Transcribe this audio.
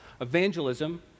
Evangelism